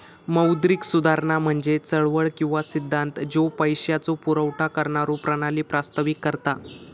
मौद्रिक सुधारणा म्हणजे चळवळ किंवा सिद्धांत ज्यो पैशाचो पुरवठा करणारो प्रणाली प्रस्तावित करता